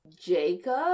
Jacob